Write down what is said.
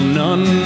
none